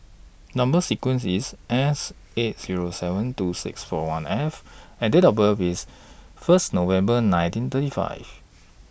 Number sequence IS S eight Zero seven two six four one F and Date of birth IS First November nineteen thirty five